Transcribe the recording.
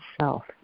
self